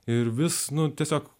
ir vis nu tiesiog